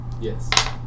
Yes